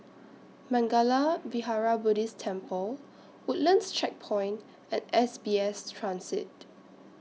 Mangala Vihara Buddhist Temple Woodlands Checkpoint and S B S Transit